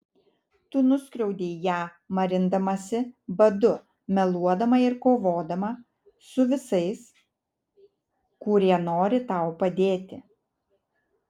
tu nuskriaudei ją marindamasi badu meluodama ir kovodama su visais kurie nori tau padėti